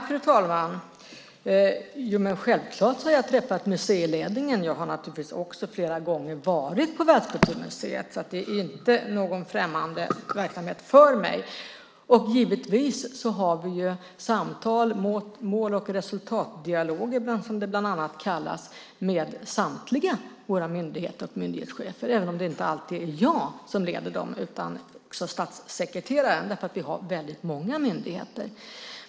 Fru talman! Självklart har jag träffat museiledningen. Jag har naturligtvis också flera gånger varit på Världskulturmuseet, så det är inte någon främmande verksamhet för mig. Givetvis har vi samtal, mål och resultatdialoger som det bland annat kallas, med samtliga våra myndigheter och myndighetschefer, även om det inte är alltid jag som leder dem utan också statssekreteraren därför att vi har väldigt många myndigheter.